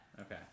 okay